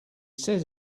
says